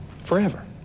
Forever